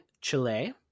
Chile